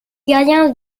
gardien